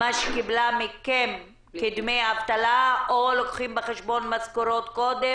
מה שקיבלה מכם כדמי אבטלה או לוקחים בחשבון משכורות מקודם?